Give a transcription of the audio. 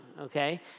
okay